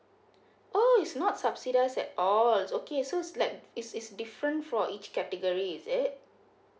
oh it's not subsidise at all okay so it's like is is different for each category is it